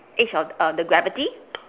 edge of err the gravity